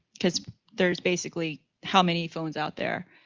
because there's basically how many phones out there?